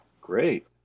Great